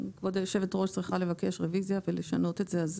כבוד היושבת-ראש צריכה לבקש רוויזיה ולשנות את זה.